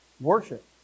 worship